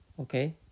Okay